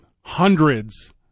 hundreds